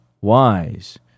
wise